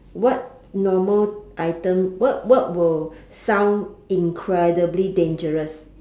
what normal item what what will sound incredibly dangerous